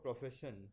profession